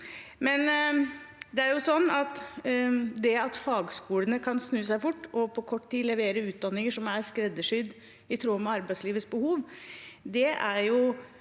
neste år. Det at fagskolene kan snu seg fort og på kort tid levere utdanninger som er skreddersydd i tråd med arbeidslivets behov, er